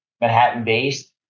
Manhattan-based